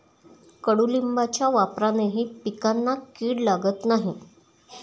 कडुलिंबाच्या वापरानेही पिकांना कीड लागत नाही